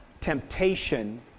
temptation